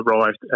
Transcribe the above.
arrived